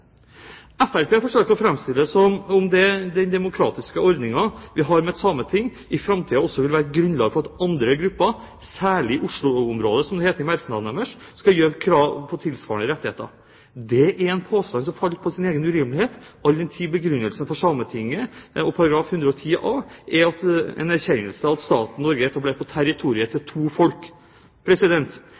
Fremskrittspartiet forsøker å framstille det som om den demokratiske ordningen vi har med et sameting, i framtiden også vil være et grunnlag for at andre grupper, særlig i Oslo-området, som det heter i merknaden deres, skal gjøre krav på tilsvarende rettigheter. Det er en påstand som faller på sin egen urimelighet, all den tid begrunnelsen for Sametinget og § 110a er en erkjennelse av at staten Norge er etablert på territoriet til to folk.